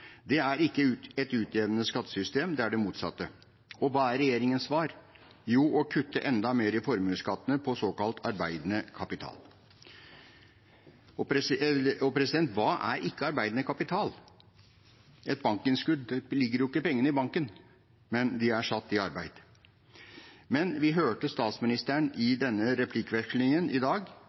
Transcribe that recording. Det er ikke et utjevnende skattesystem, det er det motsatte. Hva er regjeringens svar? Jo, det er å kutte enda mer i formuesskatten på såkalt arbeidende kapital. Og hva er ikke arbeidende kapital? Ved et bankinnskudd ligger jo ikke pengene i banken, men de er satt «i arbeid». Men vi hørte statsministeren i replikkvekslingen i dag